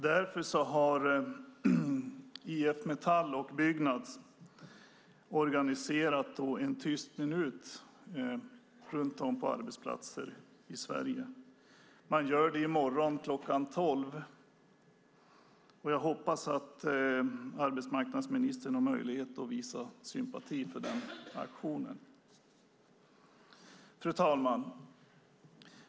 Därför har IF Metall och Byggnads organiserat en tyst minut runt om på arbetsplatser i Sverige. Man gör det i morgon kl. 12, och jag hoppas att arbetsmarknadsministern har möjlighet att visa sympati för denna aktion. Fru talman!